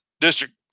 district